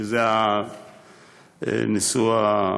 שזה נשוא השאילתה,